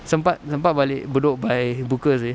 sempat sempat balik bedok by buka seh